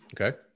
okay